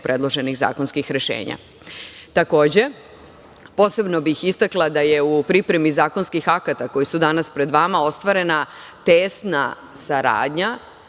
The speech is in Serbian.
predloženih zakonskih rešenja. Takođe, posebno bih istakla da je u pripremi zakonskih akata koja su danas pred vama ostvarena tesna saradnja